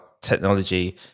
technology